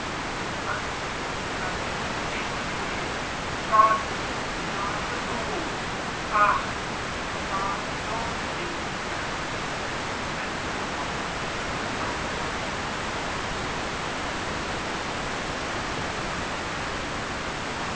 alles was dazu mich trieb gott war so gut ach war so lieb